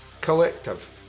Collective